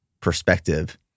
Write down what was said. perspective